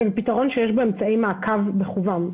פתרון שיש בו אמצעי מעקב מכוון.